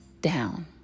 down